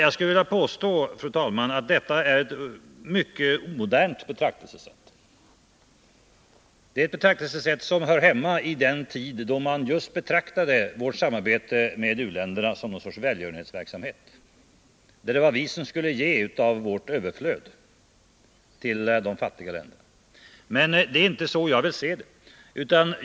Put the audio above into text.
Jag skulle vilja påstå att detta är ett mycket omodernt betraktelsesätt. Förr var det vi som skulle ge av vårt överflöd till de fattiga länderna. Men det är inte så jag vill se saken.